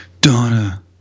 Donna